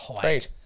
Great